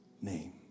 name